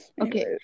Okay